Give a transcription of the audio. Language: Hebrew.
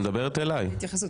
את מדברת אלי.